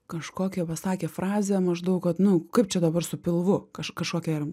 kažkokią pasakė frazę maždaug nu kaip čia dabar su pilvu kaž kažkokia ar